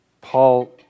Paul